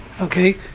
Okay